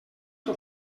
que